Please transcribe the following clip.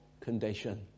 condition